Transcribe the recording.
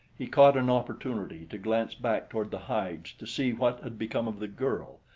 he caught an opportunity to glance back toward the hides to see what had become of the girl,